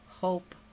hope